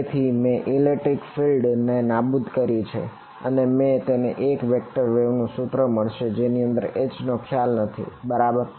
તેથી મેં electric field નું સૂત્ર મળશે જેમાં H નો ખ્યાલ નથી બરાબર